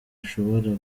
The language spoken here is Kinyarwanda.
ashobora